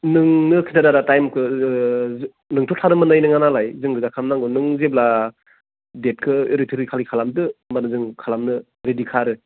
नोंनो खिथादो आदा टाइमखौ ओह जो नोंथ' थानो मोननाय नङा नालाय जों गोजा खालामनांगौ नों जेब्ला देटखौ ओरै थोरै खालेक खालामदो होमबानो जों खालामनो रेडिखा आरो